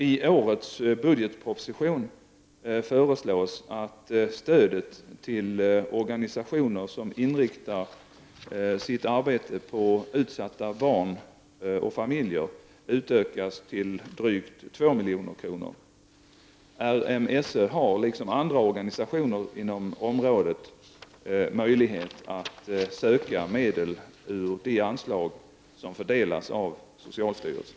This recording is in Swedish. I årets budgetproposition föreslås att stödet till organisationer som inriktar sitt arbete på utsatta barn och familjer utökas till drygt 2 milj.kr. RMSÖ har — liksom andra organisationer inom området — möjlighet att söka medel ur de anslag som fördelas av socialstyrelsen.